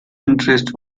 interest